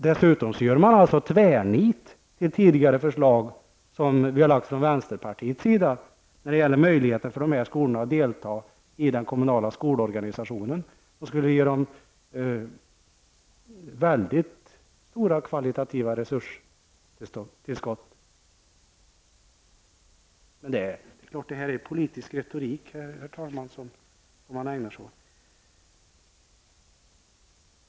Dessutom gör man tvärnit inför tidigare förslag som vänsterpartiet har lagt fram när det gäller möjligheterna för dessa skolor att delta i den kommunala skolorganisationen. Det skulle ge dem stora kvalitativa resurser. Men det är klart, detta är politisk retorik som man ägnar sig åt, herr talman.